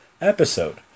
episode